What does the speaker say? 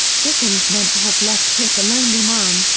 dickens meant to have left pip a lonely man,